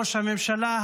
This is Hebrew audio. ראש הממשלה,